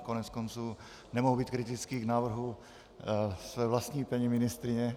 Koneckonců nemohu být kritický k návrhu své vlastní paní ministryně.